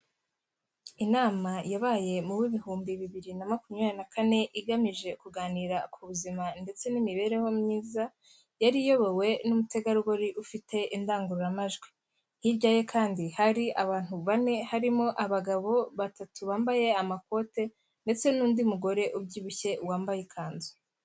Inama yabaye mu w'ibihumbi bibiri na makumyabiri na kane igamije kuganira ku buzima ndetse n'imibereho myiza, yari iyobowe n'umutegarugori ufite indangururamajwi, hirya ye kandi hari abantu bane harimo abagabo batatu bambaye amakote ndetse n'undi mugore ubyibushye wambaye ikanzu.